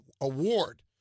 award